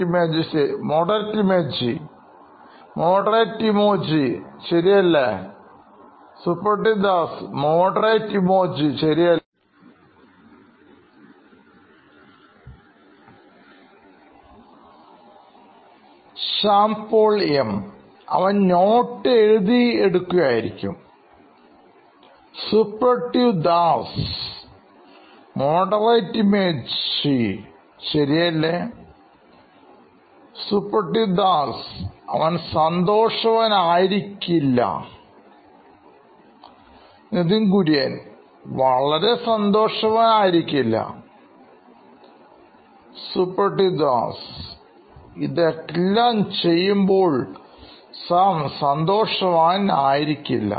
Suprativ Das CTO Knoin Electronics Moderate emoji ശരിയല്ലേ Suprativ Das CTO Knoin Electronics സാംസന്തോഷവാൻ ആയിരിക്കില്ല Nithin Kurian COO Knoin Electronics വളരെ സന്തോഷവാൻ ആയിരിക്കില്ല Suprativ Das CTO Knoin Electronics ഇതെല്ലാം ചെയ്യുമ്പോൾ സാം സന്തോഷവാൻ ആയിരിക്കില്ല